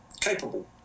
Capable